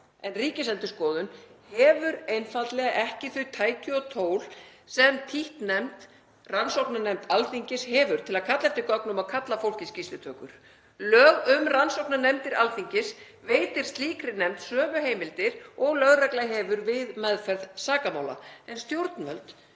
en Ríkisendurskoðun hefur einfaldlega ekki þau tæki og tól sem títtnefnd rannsóknarnefnd Alþingis hefur til að kalla eftir gögnum og kalla fólk í skýrslutökur. Lög um rannsóknarnefndir Alþingis veita slíkri nefnd sömu heimildir og lögregla hefur við meðferð sakamála en stjórnvöld